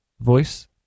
voice